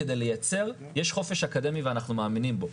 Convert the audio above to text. יש חופש אקדמי ואנחנו מאמינים בו,